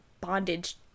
bondage